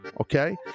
okay